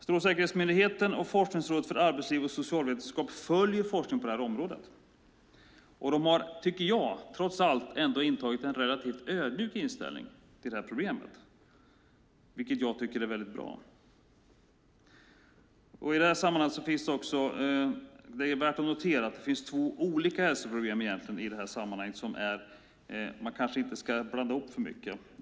Strålsäkerhetsmyndigheten och Forskningsrådet för arbetsliv och socialvetenskap följer forskningen på detta område. Jag tycker att de trots allt har intagit en relativt ödmjuk inställning till detta problem, vilket är bra. I detta sammanhang är det också värt att notera att det finns två olika hälsoproblem i detta sammanhang som man kanske inte ska blanda ihop för mycket.